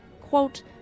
quote